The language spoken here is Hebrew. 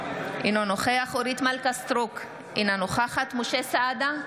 אינו נוכח אורית מלכה סטרוק, אינה נוכחת משה סעדה,